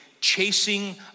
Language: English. chasing